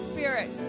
Spirit